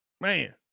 Man